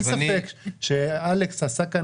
אין ספק שאלכס עשה כאן,